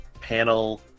panel